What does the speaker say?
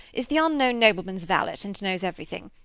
is the unknown nobleman's valet, and knows everything.